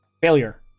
Failure